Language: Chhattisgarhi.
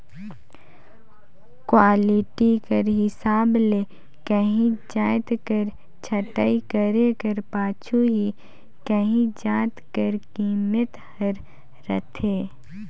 क्वालिटी कर हिसाब ले काहींच जाएत कर छंटई करे कर पाछू ही काहीं जाएत कर कीमेत हर रहथे